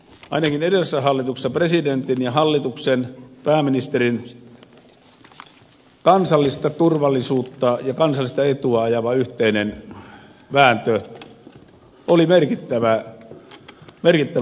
ainakin edellisessä hallituksessa presidentin ja hallituksen pääministerin kansallista turvallisuutta ja kansallista etua ajava yhteinen vääntö oli merkittävä perusta